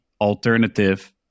alternative